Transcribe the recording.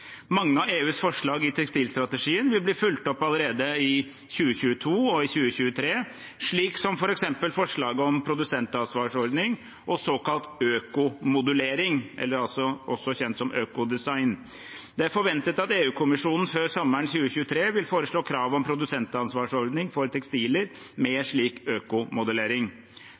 Mange av EUs forslag i tekstilstrategien vil bli fulgt opp allerede i 2022 og i 2023, slik som f.eks. forslaget om produsentansvarsordning og såkalt økomodulering, også kjent som økodesign. Det er forventet at EU-kommisjonen før sommeren 2023 vil foreslå krav om produsentansvarsordning for tekstiler med slik